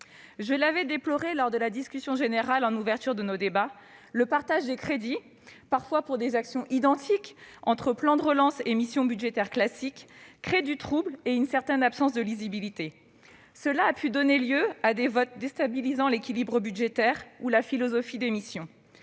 Je l'avais déploré lors de la discussion générale en ouverture de nos débats, le partage des crédits, parfois pour des actions identiques, entre plan de relance et missions budgétaires classiques, crée du trouble et une absence de lisibilité. Cela a pu donner lieu à des votes déstabilisant l'équilibre budgétaire ou la philosophie des missions.